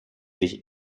sich